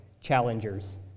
challengers